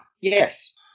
Yes